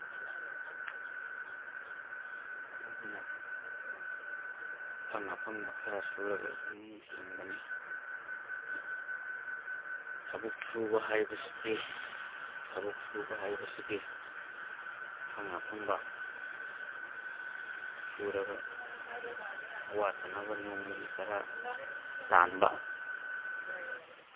ꯑꯗꯨꯅ ꯑꯐꯪ ꯑꯐꯪꯕ ꯈꯔ ꯁꯨꯔꯒ ꯑꯗꯨꯝ ꯍꯤꯡꯕꯅꯤ ꯊꯕꯛ ꯁꯨꯕ ꯍꯥꯏꯕꯁꯤꯗꯤ ꯊꯕꯛ ꯁꯨꯕ ꯍꯥꯏꯕꯁꯤꯗꯤ ꯑꯐꯪ ꯑꯐꯪꯕ ꯁꯨꯔꯒ ꯋꯥꯠꯇꯅꯕ ꯅꯣꯡꯃꯒꯤ ꯆꯔꯥ ꯇꯥꯟꯕ